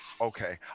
Okay